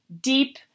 deep